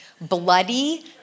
bloody